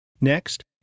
Next